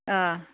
अह